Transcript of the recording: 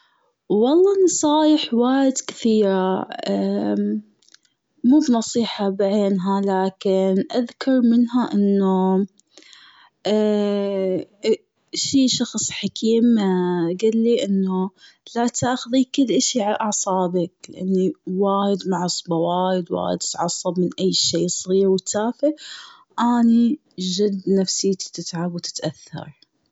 والله نصايح وايد كثيرة موب نصيحة بعينها لكن اذكر منها أنه شي شخص حكيم قال لي أنو لا تأخذي كل اشي على أعصابك لأني وايد معصبة وايد بتعصب من أي شيء صغير وتافه أني جد نفسيتي تتعب وتتأثر.